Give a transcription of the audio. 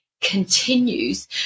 continues